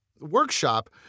workshop